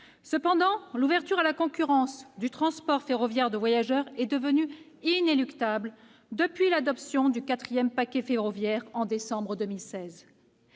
ferroviaire. L'ouverture à la concurrence du transport ferroviaire de voyageurs est toutefois devenue inéluctable depuis l'adoption du quatrième paquet ferroviaire en décembre 2016.